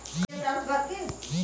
कपिला पशु आहार ठीक ह कि नाही?